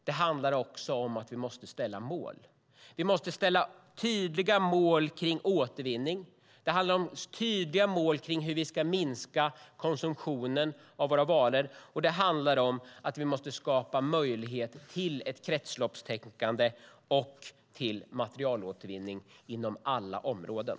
Det handlar också om att vi många sätta upp mål. Vi måste sätta upp tydliga mål kring återvinning. Det handlar om tydliga mål kring hur vi ska minska konsumtionen av varor, och det handlar om att vi måste skapa möjlighet till kretsloppstänkande och materialåtervinning inom alla områden.